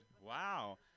Wow